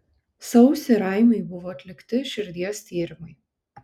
sausį raimiui buvo atlikti širdies tyrimai